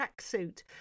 tracksuit